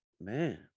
man